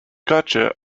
gotcha